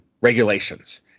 regulations